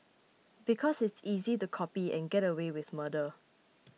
because it's easy to copy and get away with murder